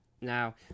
Now